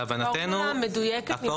היה על